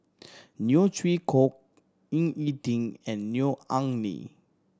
Neo Chwee Kok Ying E Ding and Neo Anngee